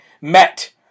met